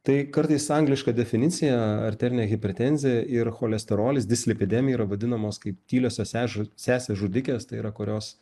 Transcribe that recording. tai kartais angliška definicija arterinė hipertenzija ir cholesterolis dislipidemija yra vadinamos kaip tyliosiose sešė sesės žudikės tai yra kurios